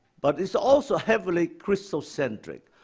but it's also heavily christocentric.